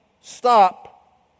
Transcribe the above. stop